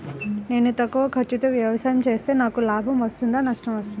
నేను తక్కువ ఖర్చుతో వ్యవసాయం చేస్తే నాకు లాభం వస్తుందా నష్టం వస్తుందా?